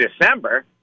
December